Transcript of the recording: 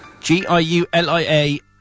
G-I-U-L-I-A